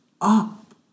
up